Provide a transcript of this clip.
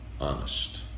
honest